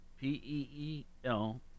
P-E-E-L